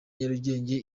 nyarugenge